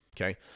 Okay